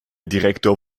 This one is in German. direktor